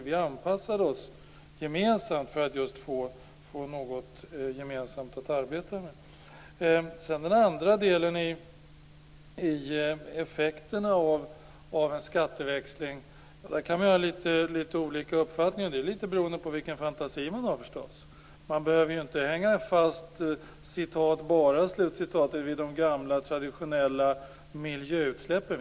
Vi anpassade oss gemensamt just för att få något gemensamt att arbeta med. När det sedan gäller effekterna av en skatteväxling kan man ha litet olika uppfattningar. Det är förstås litet beroende av vilken fantasi man har. Man behöver ju inte hänga fast "bara" vid de gamla traditionella miljöutsläppen.